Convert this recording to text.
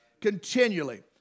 Continually